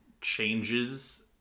changes